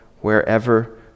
wherever